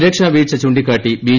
സുരക്ഷാ വീഴ്ച ചൂണ്ടിക്കാട്ടി ബി